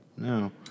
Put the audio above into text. No